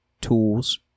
tools